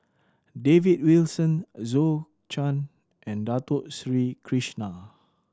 David Wilson Zhou Can and Dato Sri Krishna